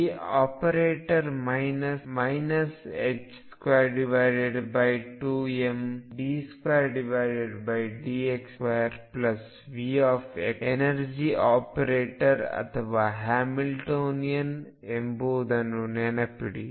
ಈ operator minus 22md2dx2Vx energy operator ಅಥವಾ Hamiltonian ಎಂಬುದನ್ನು ನೆನಪಿಡಿ